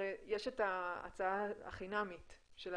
הרי יש את ההצעה החינמית של